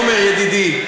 עמר ידידי,